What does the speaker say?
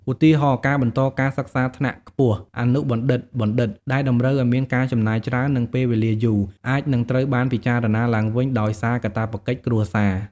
ឧទាហរណ៍ ការបន្តការសិក្សាថ្នាក់ខ្ពស់ (អនុបណ្ឌិត/បណ្ឌិត) ដែលតម្រូវឱ្យមានការចំណាយច្រើន និងពេលវេលាយូរ អាចនឹងត្រូវបានពិចារណាឡើងវិញដោយសារកាតព្វកិច្ចគ្រួសារ។